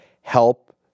help